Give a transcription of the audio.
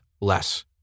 less